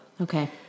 Okay